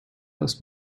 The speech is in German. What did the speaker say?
das